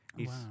Wow